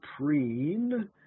preen